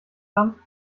dann